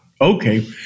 Okay